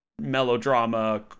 melodrama